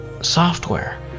software